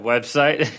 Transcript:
Website